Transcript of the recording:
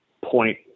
point